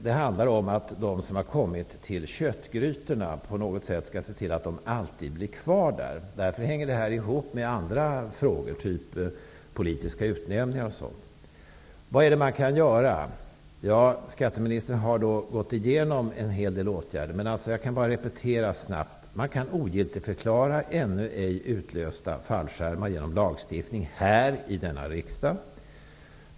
Det handlar om att de som har kommit till köttgrytorna på något sätt ser till att de alltid blir kvar där. Därför hänger detta ihop med andra frågor, t.ex. om politiska utnämningar. Skatteministern har gått igenom en lista över en hel del åtgärder. Man kan, för att snabbt repetera, ogiltigförklara ännu ej utlösta fallskärmar genom lagstiftning, och det sker då här i riksdagen.